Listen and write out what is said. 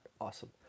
awesome